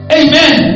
amen